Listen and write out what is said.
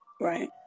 Right